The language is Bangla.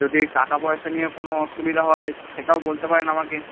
যদি টাকাপয়সা নিয়ে কোনও অসুবিধা হয় সেটাও বলতে পারেন আমাকে